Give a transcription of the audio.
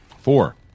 Four